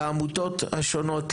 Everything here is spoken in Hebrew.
לעמותות השונות,